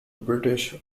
british